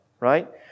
Right